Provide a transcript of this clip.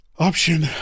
option